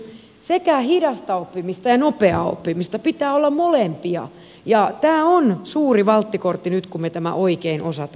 sekä hidasta oppimista että nopeaa oppimista pitää olla molempia ja tämä on suuri valttikortti nyt kun me tämän oikein osaamme tehdä